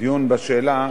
דיון בשאלה,